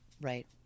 right